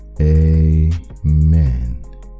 Amen